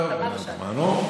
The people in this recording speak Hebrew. תמנו,